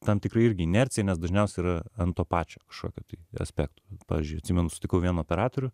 tam tikra irgi inercija nes dažniausiai yra ant to pačio šokio ir aspektų pavyzdžiui atsimenu sutikau vien operatorių